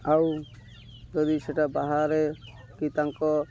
ଆଉ ଯଦି ସେଇଟା ବାହାରେ କି ତାଙ୍କ